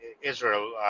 israel